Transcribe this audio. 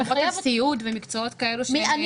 סיעוד ומקצועות כאלה.